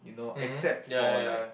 um hmm ya ya ya